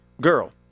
girl